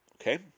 Okay